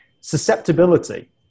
susceptibility